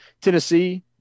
Tennessee